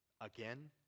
again